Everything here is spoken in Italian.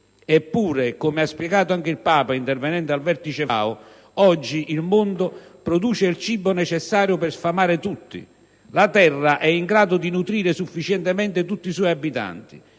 Eppure, come ha spiegato anche il Papa intervenendo al Vertice FAO, oggi il mondo produce il cibo necessario per sfamare tutti: la terra è in grado di nutrire sufficientemente tutti i suoi abitanti.